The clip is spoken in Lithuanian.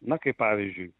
na kaip pavyzdžiui